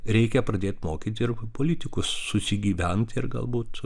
reikia pradėt mokyt ir politikus susigyvent ir galbūt